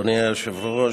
אדוני היושב-ראש,